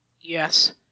Yes